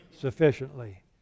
sufficiently